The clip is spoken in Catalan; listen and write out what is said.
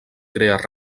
crear